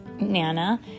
Nana